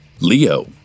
Leo